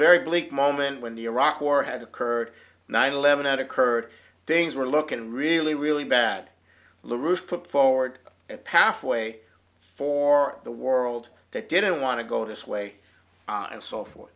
very bleak moment when the iraq war had occurred nine eleven had occurred things were looking really really bad loose put forward a pathway for the world that didn't want to go to sway and so forth